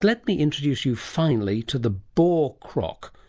let me introduce you finally to the boar croc,